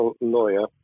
lawyer